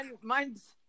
Mine's